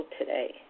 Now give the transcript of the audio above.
today